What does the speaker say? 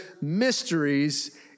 mysteries